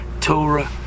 Torah